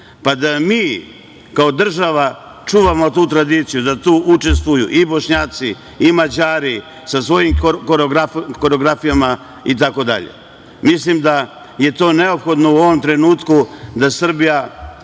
pa da mi kao država čuvamo tu tradiciju, da tu učestvuju i Bošnjaci i Mađari sa svojim koreografijama, itd. Mislim da je to neophodno u ovom trenutku da Srbija